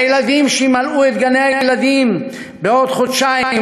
הילדים שימלאו את גני-הילדים בעוד חודשיים,